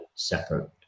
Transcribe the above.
separate